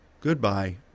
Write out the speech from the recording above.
goodbye